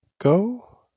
go